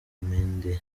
mendes